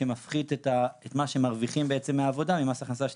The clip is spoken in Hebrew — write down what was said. שמפחית את מה שמרוויחים בעצם מעבודה ממס הכנסה שלילי,